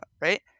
right